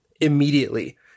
immediately